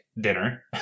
dinner